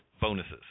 bonuses